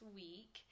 week